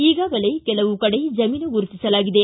ಈಗಾಗಲೇ ಕೆಲವು ಕಡೆ ಜಮೀನು ಗುರುತಿಸಲಾಗಿದೆ